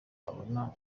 abona